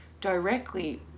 directly